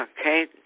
Okay